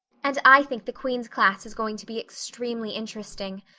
and i think the queen's class is going to be extremely interesting.